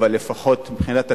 אבל לפחות מבחינת הצדק,